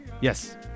Yes